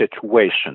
situation